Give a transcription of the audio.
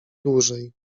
dłużej